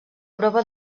prova